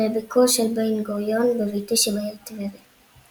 ולביקור של בן-גוריון בביתו שבעיר טבריה.